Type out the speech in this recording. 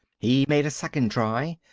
he made a second try.